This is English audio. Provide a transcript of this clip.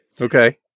okay